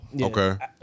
Okay